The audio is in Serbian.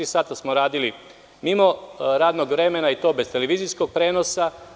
Tri sata smo radili mimo radnog vremena i to bez televizijskog prenosa.